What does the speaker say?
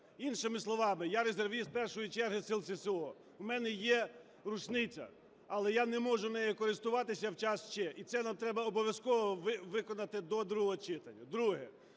Іншими словами, я резервіст першої черги сил ССО, в мене є рушниця, але я не можу нею користуватися в час "Ч", і це нам треба обов'язково виконати до другого читання.